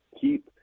Keep